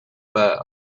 bow